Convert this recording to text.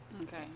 Okay